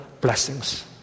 blessings